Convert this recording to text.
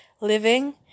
living